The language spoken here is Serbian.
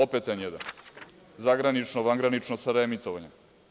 Opet N1, zagranično, vangranično sa remitovanja.